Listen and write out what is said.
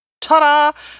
Ta-da